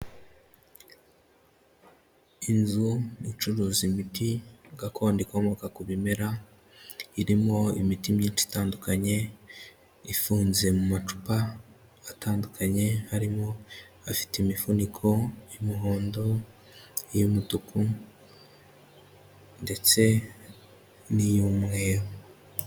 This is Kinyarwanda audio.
Inzu icuruza imiti gakondo ikomoka ku bimera. Irimo imiti myinshi itandukanye ifunze mu macupa atandukanye. Harimo afite imifuniko y'umuhondo, iy'umutuku, ndetse n'iy'umweru.